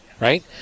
right